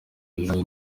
yihaye